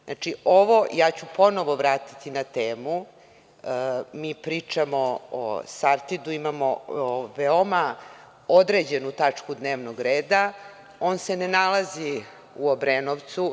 Znači, ovo, ja ću ponovo vratiti na temu, mi pričamo o Sartidu, imamo veoma određenu tačku dnevnog reda, on se ne nalazi u Obrenovcu.